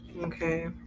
Okay